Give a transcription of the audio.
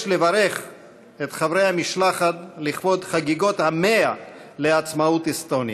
לברך את חברי המשלחת לכבוד חגיגות ה-100 לעצמאות אסטוניה.